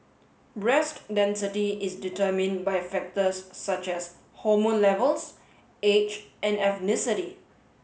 breast density is determined by factors such as hormone levels age and ethnicity